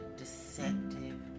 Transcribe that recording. deceptive